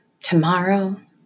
Tomorrow